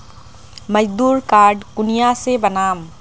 मजदूर कार्ड कुनियाँ से बनाम?